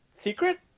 secret